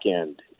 end